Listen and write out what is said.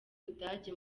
budage